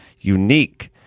unique